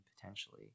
potentially